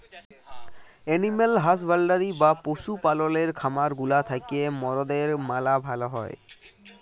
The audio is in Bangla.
এনিম্যাল হাসব্যাল্ডরি বা পশু পাললের খামার গুলা থ্যাকে মরদের ম্যালা ভাল হ্যয়